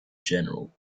general